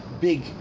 big